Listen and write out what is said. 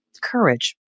courage